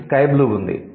మీకు 'sky blue' ఉంది